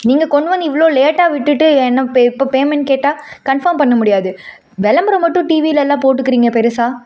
நீங்கள் கொண்டு வந்து இவ்வளோ லேட்டாக விட்டுவிட்டு என்ன பே இப்போ பேமெண்ட் கேட்டால் கன்ஃபார்ம் பண்ண முடியாது விளம்பரம் மட்டும் டிவிலெல்லாம் போட்டுக்கிறீங்க பெருசாக